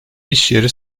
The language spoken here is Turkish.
işyeri